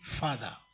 father